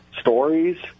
stories